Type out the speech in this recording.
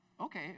okay